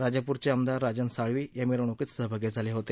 राजापूरचे आमदार राजन साळवी या मिरवणूकीत सहभागी झाले होते